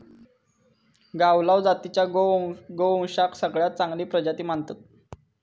गावलाव जातीच्या गोवंशाक सगळ्यात चांगली प्रजाती मानतत